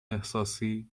احساسی